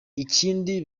ikindi